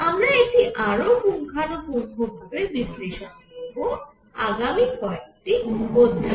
আমরা এটি আরও পুঙ্খানুপুঙ্খ ভাবে বিশ্লেষণ করব আগামী কয়েকটি অধ্যায়ে